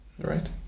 Right